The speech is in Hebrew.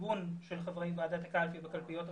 במיגון של חברי ועדת הקלפי בקלפיות המיוחדות,